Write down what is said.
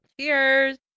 Cheers